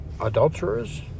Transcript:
adulterers